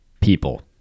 people